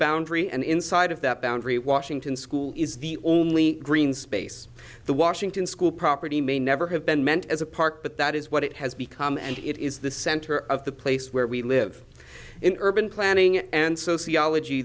boundary and inside of that boundary washington school is the only green space the washington school property may never have been meant as a park but that is what it has become and it is the center of the place where we live in urban planning and sociology